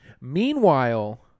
Meanwhile